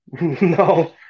No